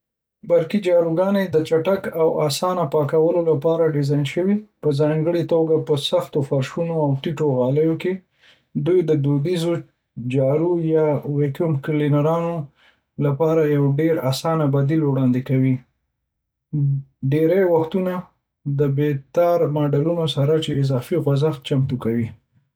برقي جاروګانې د چټک او اسانه پاکولو لپاره ډیزاین شوي، په ځانګړې توګه په سختو فرشونو او ټیټو غالیو کې. دوی د دودیزو جارو یا ویکیوم کلینرونو لپاره یو ډیر اسانه بدیل وړاندې کوي، ډیری وختونه د بې تار ماډلونو سره چې اضافي خوځښت چمتو کوي.